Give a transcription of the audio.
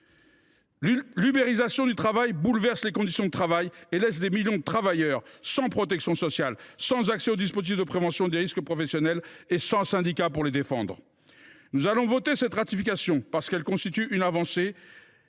L’ubérisation bouleverse les conditions de travail et laisse des millions de travailleurs sans protection sociale, sans accès aux dispositifs de prévention des risques professionnels et sans syndicats pour les défendre. Nous voterons cette ratification, parce qu’elle constitue une avancée